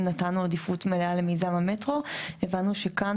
נתנו עדיפות מלאה למיזם המטרו הבנו שכאן,